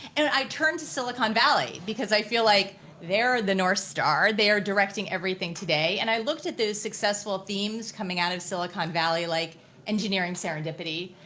and i turned to silicon valley because i feel like they're the north star, they're directing everything today. and i looked at those successful themes coming out of silicon valley like engineering serendipity,